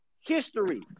history